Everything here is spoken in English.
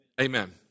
amen